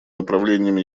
направлением